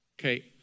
Okay